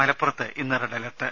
മലപ്പുറത്ത് ഇന്ന് red alert